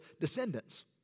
descendants